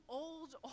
old